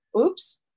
oops